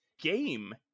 game